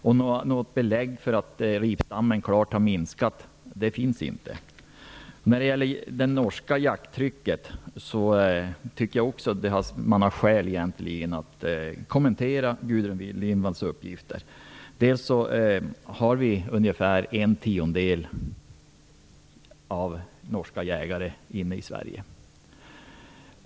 Något belägg för att ripstammen klart har minskat finns inte. När det gäller det norska jakttrycket har man egentligen också skäl att kommentera Gudrun Lindvalls uppgifter. Dels är ungefär en tiondel av de norska jägarna i Sverige.